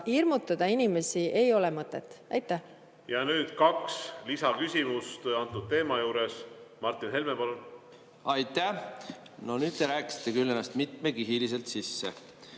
Ja nüüd kaks lisaküsimust antud teema juures. Martin Helme, palun! Aitäh! No nüüd te rääkisite küll ennast mitmekihiliselt sisse.